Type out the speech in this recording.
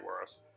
worse